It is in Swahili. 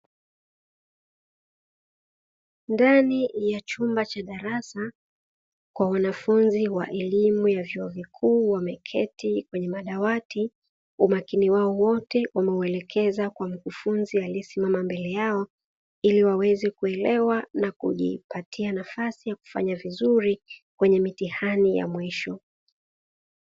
Ndani ya chumba cha darasa kwa wanafunzi wa elimu ya vyuo vikuu, wameketi kwenye madawati, umakini wao wote wameuelekeza kwa mkufunzi aliyesimama mbele yao ili waweze kuelewa na kujipatia nafasi ya kufanya vizuri kwenye mitihani ya mwisho.